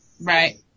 right